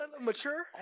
Mature